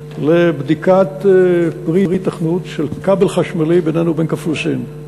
לבדיקת פרי היתכנות של כבל חשמלי בינינו לבין קפריסין.